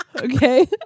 Okay